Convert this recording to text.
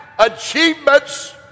Achievements